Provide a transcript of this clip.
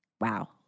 Wow